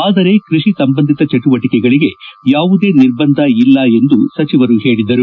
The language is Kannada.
ಆದರೆ ಕೈಷಿ ಸಂಬಂಧಿತ ಚಟುವಟಿಕೆಗಳಿಗೆ ಯಾವುದೇ ನಿರ್ಬಂಧ ಇಲ್ಲ ಎಂದು ಸಚಿವರು ಹೇಳಿದರು